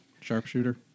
Sharpshooter